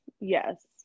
Yes